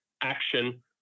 action